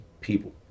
people